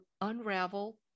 unravel